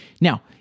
Now